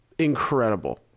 incredible